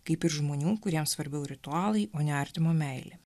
kaip ir žmonių kuriems svarbiau ritualai o ne artimo meilė